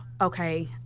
okay